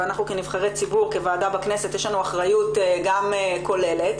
ואנחנו כנבחרי ציבור כוועדה בכנסת יש לנו אחריות גם כוללת,